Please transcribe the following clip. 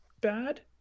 bad